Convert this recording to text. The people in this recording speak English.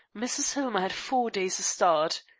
mrs. hillmer had four days' start.